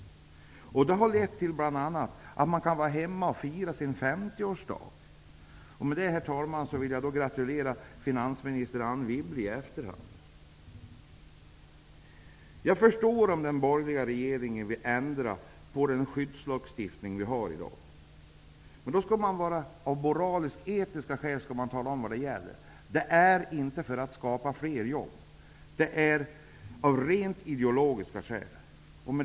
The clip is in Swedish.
Fackets insatser har bl.a. lett till att man kan vara hemma och fira sin femtioårsdag. Med det, herr talman, vill jag gratulera finansminister Anne Jag förstår att den borgerliga regeringen vill ändra på den skyddslagstiftning vi har i dag. Men då skall de av moralisk--etiska skäl tala om vad det gäller. De gör det inte för att skapa fler jobb, utan av rent ideologiska skäl.